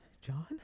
John